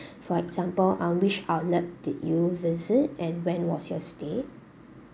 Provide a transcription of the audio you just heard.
for example um which outlet did you visit and when was your stay